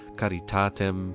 caritatem